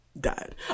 died